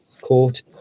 court